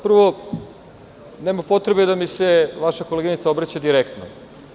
Prvo, nema potrebe da mi se vaša koleginica obraća direktno.